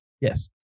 Yes